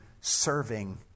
serving